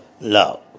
love